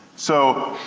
so,